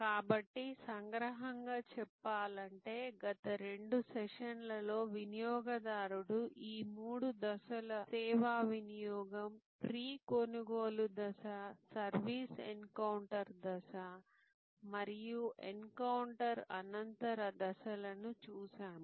కాబట్టి సంగ్రహంగా చెప్పాలంటే గత రెండు సెషన్లలో వినియోగదారుడు ఈ మూడు దశల సేవా వినియోగం ప్రీ కొనుగోలు దశ సర్వీస్ ఎన్కౌంటర్ దశ మరియు ఎన్కౌంటర్ అనంతర దశలను చూశాము